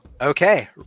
Okay